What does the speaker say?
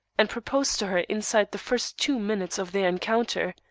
and proposed to her inside the first two minutes of their encounter,